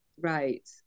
Right